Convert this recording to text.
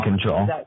control